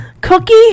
Cookie